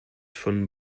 von